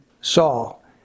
Saul